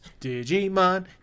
Digimon